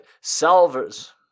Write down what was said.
salvers